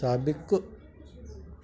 साबिकु